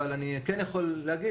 אבל אני יכול להגיד,